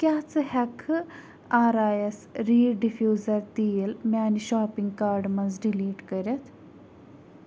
کیٛاہ ژٕ ہٮ۪ککھہٕ آرایَس ریٖڈ ڈِفیوٗزَر تیٖل میٛانہِ شاپِنٛگ کاڈٕ منٛز ڈِلیٖٹ کٔرِتھ